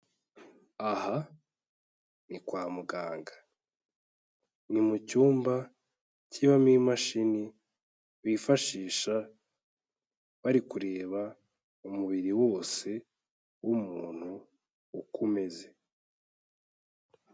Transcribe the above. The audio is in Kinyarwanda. Aha ni kwa muganga, ni mu cyumba kibamo imashini bifashisha bari kureba umubiri wose w'umuntu uko umeze.